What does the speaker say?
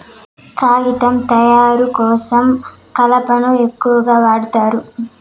కాగితం తయారు కోసం కలపను ఎక్కువగా వాడుతారు